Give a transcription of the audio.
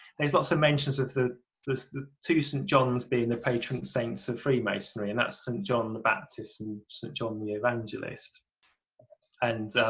there's lots of mentions of the the the two st. john's being the patron saints of freemasonry and that's st. john the baptist and st. john the evangelist and